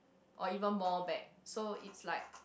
or even more back so it's like